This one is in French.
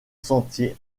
sentier